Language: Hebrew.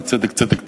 וצדק צדק תרדוף,